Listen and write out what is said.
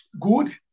good